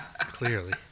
Clearly